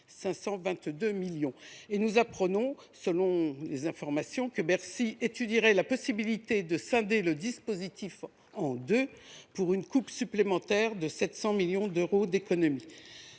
2,522 millions. Nous apprenons également que Bercy étudierait la possibilité de scinder le dispositif en deux pour une coupe supplémentaire de 700 millions d’euros d’économie.